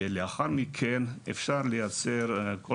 לאחר מכן אפשר לייצר גם